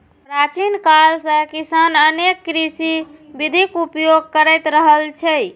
प्राचीन काल सं किसान अनेक कृषि विधिक उपयोग करैत रहल छै